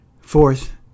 Fourth